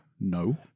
No